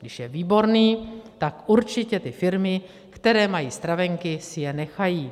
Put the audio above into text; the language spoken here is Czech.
Když je výborný, tak určitě ty firmy, které mají stravenky, si je nechají.